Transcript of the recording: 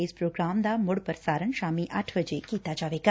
ਇਸ ਪ੍ਰੋਗਰਾਮ ਦਾ ਮੁੜ ਪ੍ਰਸਾਰਣ ਸ਼ਾਮੀ ਅੱਠ ਵਜੇ ਕੀਤਾ ਜਾਵੇਗਾ